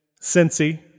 Cincy